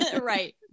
Right